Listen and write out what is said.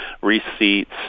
receipts